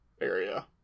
area